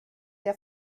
der